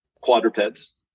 quadrupeds